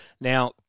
Now